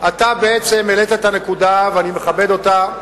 אתה בעצם העלית את הנקודה, ואני מכבד אותה,